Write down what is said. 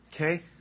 Okay